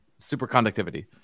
superconductivity